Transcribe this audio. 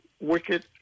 wicked